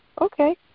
okay